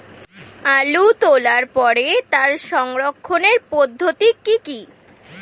আলু তোলার পরে তার সংরক্ষণের পদ্ধতি কি কি?